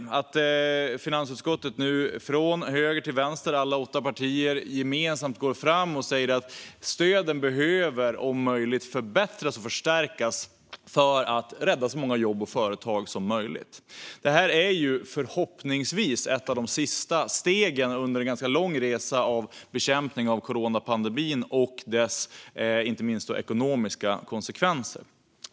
Alla åtta partier i finansutskottet, från vänster till höger, går gemensamt fram och säger att stöden om möjligt behöver förbättras och förstärkas för att rädda så många jobb och företag som möjligt. Detta är förhoppningsvis ett av de sista stegen under en ganska lång resa av bekämpning av coronapandemin och dess ekonomiska konsekvenser.